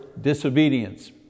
disobedience